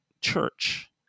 church